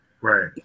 right